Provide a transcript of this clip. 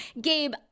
Gabe